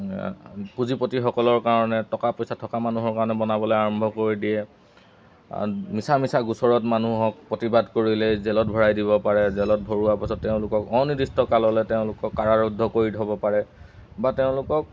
পুঁজিপতিসকলৰ কাৰণে টকা পইচা থকা মানুহৰ কাৰণে বনাবলৈ আৰম্ভ কৰি দিয়ে মিছা মিছা গোচৰত মানুহক প্ৰতিবাদ কৰিলে জেলত ভৰাই দিব পাৰে জেলত ভৰোৱাৰ পাছত তেওঁলোকক অনিদিষ্ট কাললৈ তেওঁলোকক কাৰাৰোদ্ধ কৰি থ'ব পাৰে বা তেওঁলোকক